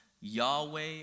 Yahweh